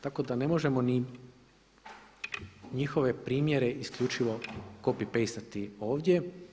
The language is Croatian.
Tako da ne možemo ni njihove primjere isključivo copy paste ovdje.